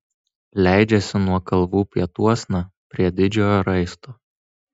leidžiasi nuo kalvų pietuosna prie didžiojo raisto